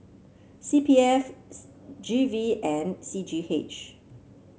C P F G V and C G H